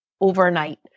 overnight